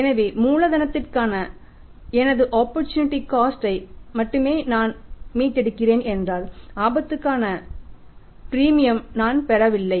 எனவே மூலதனத்திற்கான எனது ஆப்பர்சூனிட்டி காஸ்ட் ஐ மட்டுமே நான் மீட்டெடுக்கிறேன் என்றால் ஆபத்துக்கான காபிட்டை நான் பெறவில்லை